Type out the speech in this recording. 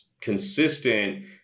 consistent